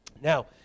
Now